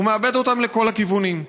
הוא מאבד אותם לכל הכיוונים.